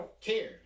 care